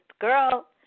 girl